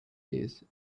days